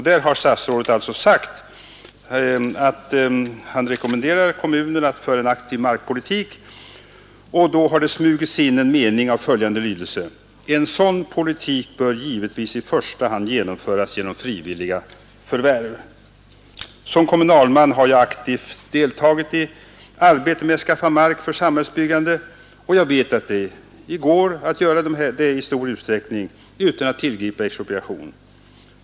Där har statsrådet sagt att han rekommenderar kommunerna att föra en aktiv markpolitik, och i det sammanhanget har det smugit sig in en mening av följande lydelse: ”En sådan politik bör givetvis i första hand genomföras genom frivilliga förvärv.” Som kommunalman har jag aktivt deltagit i arbetet med att skaffa mark för samhällsbyggande, och jag vet att det i stor utsträckning kan ske utan att man tillgriper expropriation.